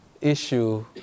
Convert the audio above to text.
issue